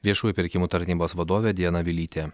viešųjų pirkimų tarnybos vadovė diana vilytė